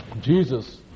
Jesus